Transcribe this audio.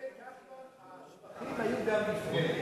לגבי כחלון השבחים היו גם לפני כן.